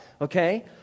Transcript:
okay